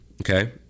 okay